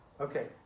okay